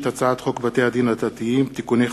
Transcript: הצעת חוק בתי-הדין הדתיים (תיקוני חקיקה)